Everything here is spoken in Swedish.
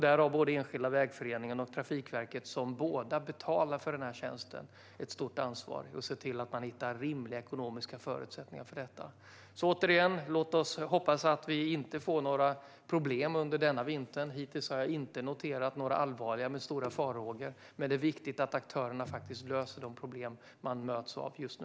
Där har den enskilda vägföreningen och Trafikverket, som båda betalar för tjänsten, ett stort ansvar att se till att hitta rimliga ekonomiska förutsättningar. Låt oss, återigen, hoppas att vi inte får några problem under denna vinter! Hittills har jag inte noterat några allvarliga problem. Men det är viktigt att aktörerna löser de problem man möts av just nu.